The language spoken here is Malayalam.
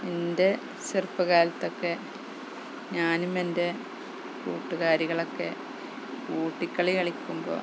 എൻ്റെ ചെറുപ്പ കാലത്തൊക്കെ ഞാനും എൻ്റെ കൂട്ടുകാരികളൊക്കെ കൂട്ടിക്കളി കളിക്കുമ്പോൾ